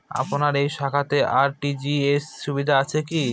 আপনার এই শাখাতে আর.টি.জি.এস সুবিধা আছে কি?